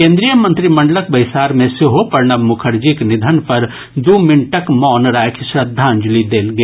केन्द्रीय मंत्रीमंडलक बैसार मे सेहो प्रणब मुखर्जीक निधन पर दू मिनटक मौन राखि श्रद्धाजलि देल गेल